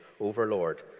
Overlord